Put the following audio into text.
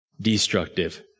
destructive